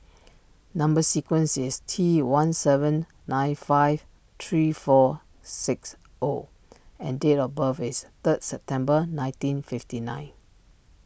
Number Sequence is T one seven nine five three four six O and date of birth is third September nineteen fifty nine